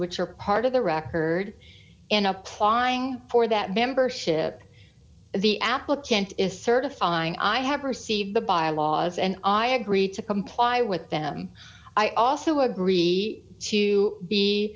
which are part of the record in applying for that membership the applicant is certifying i have received the bylaws and i agree to comply with them i also agree to